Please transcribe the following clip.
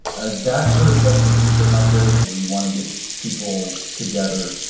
is that sort of like the future of huckberry where you want to get people together